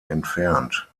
entfernt